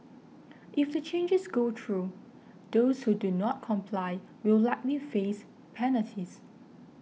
if the changes go through those who do not comply will likely face penalties